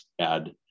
add